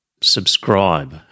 subscribe